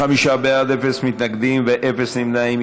55 בעד, אפס מתנגדים ואפס נמנעים.